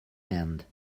hand